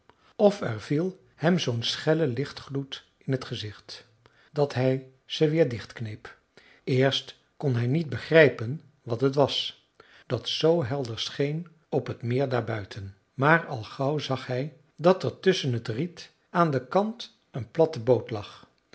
of er viel hem zoo'n schelle lichtgloed in t gezicht dat hij ze weer dichtkneep eerst kon hij niet begrijpen wat het was dat zoo helder scheen op t meer daarbuiten maar al gauw zag hij dat er tusschen t riet aan den kant een platte boot lag